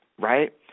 right